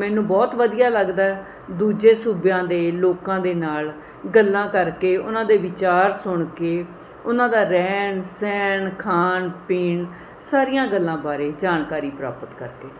ਮੈਨੂੰ ਬਹੁਤ ਵਧੀਆ ਲੱਗਦਾ ਦੂਜੇ ਸੂਬਿਆਂ ਦੇ ਲੋਕਾਂ ਦੇ ਨਾਲ਼ ਗੱਲਾਂ ਕਰ ਕੇ ਉਹਨਾਂ ਦੇ ਵਿਚਾਰ ਸੁਣ ਕੇ ਉਹਨਾਂ ਦਾ ਰਹਿਣ ਸਹਿਣ ਖਾਣ ਪੀਣ ਸਾਰੀਆਂ ਗੱਲਾਂ ਬਾਰੇ ਜਾਣਕਾਰੀ ਪ੍ਰਾਪਤ ਕਰ ਕੇ